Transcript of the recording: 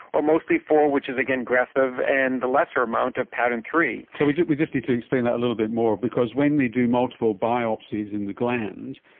or mostly four which is, again, aggressive and a lesser amount of pattern three. so we just we just need to explain that little bit more because when they do multiple biopsies in the gland,